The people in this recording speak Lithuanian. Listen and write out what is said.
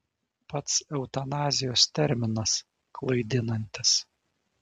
pats eutanazijos terminas klaidinantis